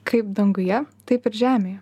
kaip danguje taip ir žemėje